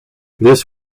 this